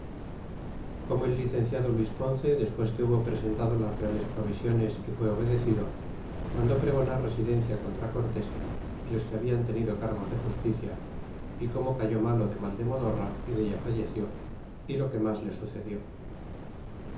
como el licenciado luis ponce despues que hubo presentado las reales provisiones y fa obedecido mandó pregonar residencia contra cortés é los que hablan tenido cargos de justicia y como cayó malo de mal de modorra y della falleció y lo que mas le sucedió